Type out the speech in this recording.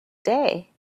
day